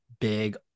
big